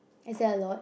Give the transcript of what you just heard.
is that a lot